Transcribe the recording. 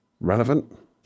relevant